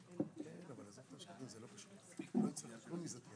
אנחנו פותחים שוב את הישיבה שהפסקנו בנושא